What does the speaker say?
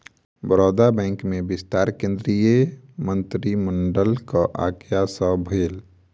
Baroda bank में विस्तार केंद्रीय मंत्रिमंडलक आज्ञा सँ भेल